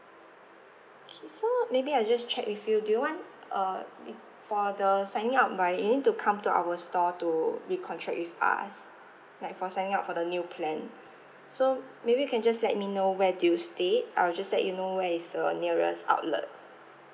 okay so maybe I just check with you do you want uh for the signing up right you need to come to our store to re-contract with us like for signing up for the new plan so maybe you can just let me know where do you stay I'll just let you know where is the nearest outlet